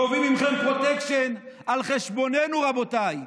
גובים מכם פרוטקשן על חשבוננו, רבותיי.